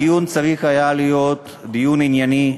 הדיון צריך היה להיות דיון ענייני,